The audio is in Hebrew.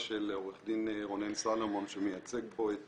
עורך דין רונן סולומון שמייצג פה את